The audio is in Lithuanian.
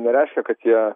nereiškia kad jie